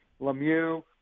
Lemieux